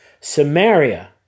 Samaria